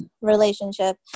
relationship